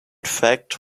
fact